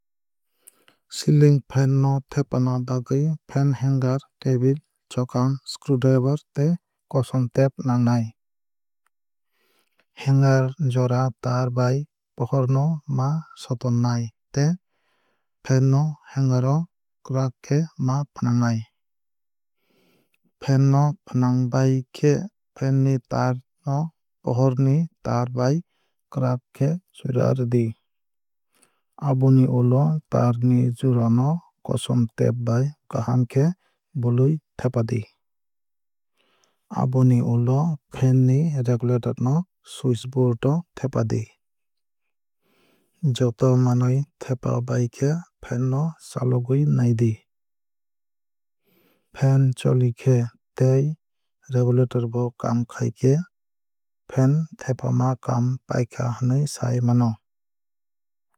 Ceiling fan no thepana bagwui fan hanger table chokam screw driver tei kosom tape nangnai. Hanger jora tar bai pohor no ma sotannai tei fan no hanger o kwrak khe ma fwnangnai. Fan no fwnangbai khe fan ni tar no pohor ni tar bai kwrak khe jura rwdi. Aboni ulo tar ni jura no kosom tape bai kaham khe bulwui thepadi. Aboni ulo fan ni regulator no switch board o thepadi. Joto manwui thepabaikhe fan no chalogwui naidi. Fan cholikhe tei regulator bo kaam khaikhe fan thepama kaam paikha hinwui sai mano.